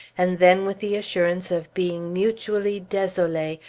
and then with the assurance of being mutually desolee,